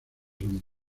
unidos